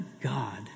God